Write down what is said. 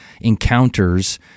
encounters